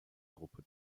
gruppe